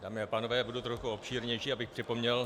Dámy a pánové, budu trochu obšírnější, abych připomněl